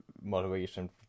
motivation